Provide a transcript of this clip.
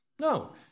No